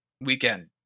weekend